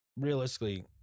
realistically